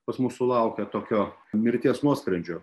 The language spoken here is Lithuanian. pas mus sulaukia tokio mirties nuosprendžio